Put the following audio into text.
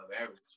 average